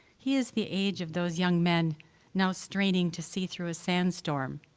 he is the age of those young men now straining to see through a sandstorm,